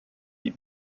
die